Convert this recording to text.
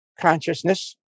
consciousness